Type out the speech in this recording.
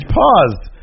paused